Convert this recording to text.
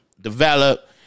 develop